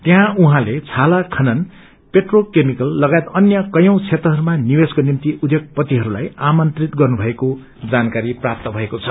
त्यहाँ उहाँले छाता खनन् पेट्रोकेमिकल लगायत अन्य कयौं क्षेत्रहरूमा निवेश्को निम्ति उध्योगपतिहरूलाई आमन्त्रित गर्नुभएको जानकारी प्राप्त भएको छ